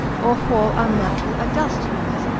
or four unnatural adust humours,